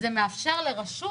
זה מאפשר לרשות